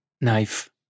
knife